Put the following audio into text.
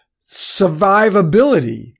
survivability